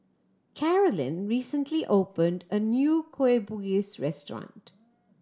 Carolynn recently opened a new Kueh Bugis restaurant